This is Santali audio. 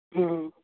ᱦᱮᱸ ᱦᱮᱸ